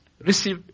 Receive